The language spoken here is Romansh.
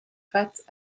fatgs